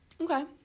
Okay